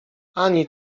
ani